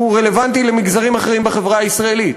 רלוונטי למגזרים אחרים בחברה הישראלית.